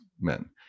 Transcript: men